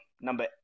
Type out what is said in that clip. Number